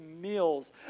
meals